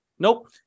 Nope